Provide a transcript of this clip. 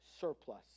surplus